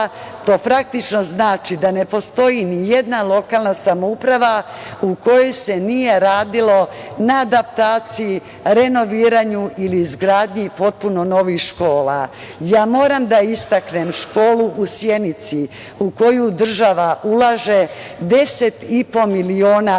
To, praktično znači da ne postoji ni jedna lokalna samouprava u kojoj se nije radilo na adaptaciji, renoviranju ili izgradnji potpuno novih škola. Moram da istaknem školu u Sjenici u koju država ulaže 10,5 miliona